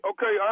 Okay